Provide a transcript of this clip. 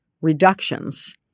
reductions